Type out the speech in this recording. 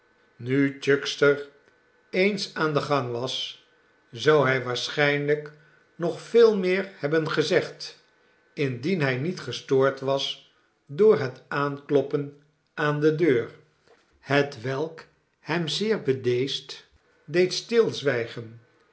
nu chuckster eens aan den gang was zou hij waarschijniijk nog veel meer hebben gezegd indien hij niet gestoord was door het aankloppen aan de deur hetwelk hem zeer bedeesd deed stilzwijgen